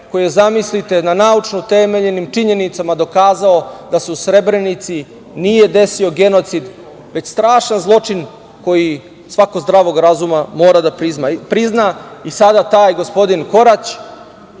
je, zamislite, na naučno utemeljenim činjenicama dokazao da se u Srebrenici nije desio genocid, već strašan zločin koji svako zdravog razuma mora da prizna. Sada taj gospodin Korać